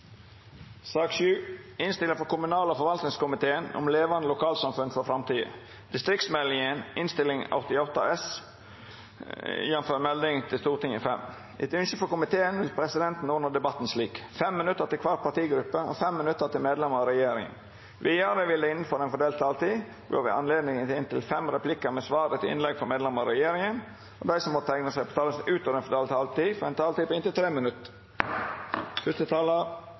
vil presidenten ordna debatten slik: 5 minutt til kvar partigruppe og 5 minutt til medlemer av regjeringa. Vidare vert det – innanfor den fordelte taletida – gjeve høve til inntil fem replikkar med svar etter innlegg frå medlemer av regjeringa, og dei som måtte teikna seg på talarlista utover den fordelte taletida, får ei taletid på inntil 3 minutt.